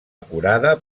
acurada